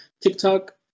TikTok